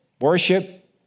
worship